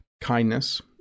Kindness